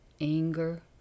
anger